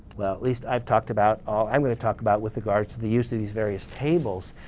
well, at least i've talked about all i'm going to talk about with regards to the use of these various tables.